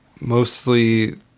mostly